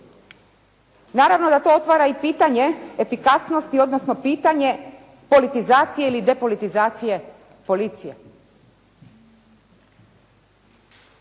Naravno da to otvara i pitanje efikasnosti, odnosno pitanje politizacije ili depolitizacije policije.